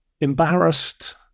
embarrassed